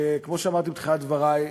שכמו שאמרתי בתחילת דברי,